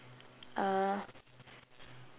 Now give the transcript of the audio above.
uh